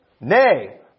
Nay